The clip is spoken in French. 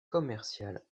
commercial